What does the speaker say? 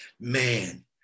man